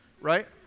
right